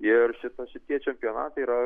ir šitos šitie čempionatai yra